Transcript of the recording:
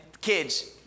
kids